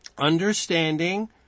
understanding